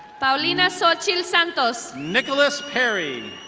fowlina sochilsantos. micolas perry.